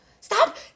stop